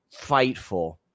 FIGHTFUL